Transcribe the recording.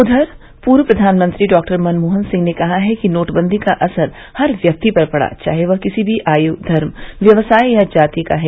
उधर पूर्व प्रधानमंत्री डॉक्टर मनमोहन सिंह ने कहा है कि नोटबंदी का असर हर व्यक्ति पर पड़ा चाहे वह किसी भी आय धर्म व्यवसाय या जाति का है